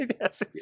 Yes